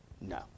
No